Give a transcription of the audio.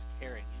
caring